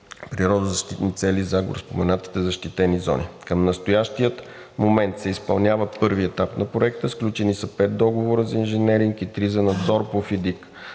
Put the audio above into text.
природозащитни цели в гореспоменатите защитени зони. Към настоящия момент се изпълнява първият етап на Проекта – сключени са пет договора за инженеринг и три за надзор по FIDIC.